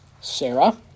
Sarah